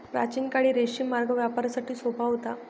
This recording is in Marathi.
प्राचीन काळी रेशीम मार्ग व्यापारासाठी सोपा होता